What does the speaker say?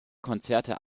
konzerte